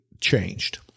changed